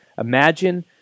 Imagine